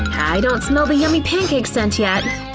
i don't smell the yummy pancake scent yet,